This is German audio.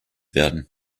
werden